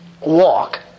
walk